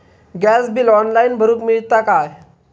Gas bill online भरुक मिळता काय?